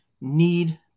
need